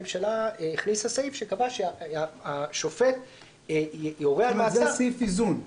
הממשלה הכניסה סעיף שקבע שהשופט יורה על מעצר --- זה סעיף איזון.